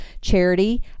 Charity